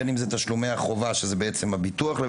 בין אם זה תשלומי החובה שזה בעצם הביטוח,